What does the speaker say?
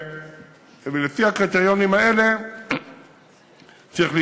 ולפי הקריטריונים האלה צריך לפעול.